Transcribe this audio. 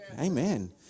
amen